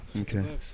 Okay